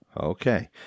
Okay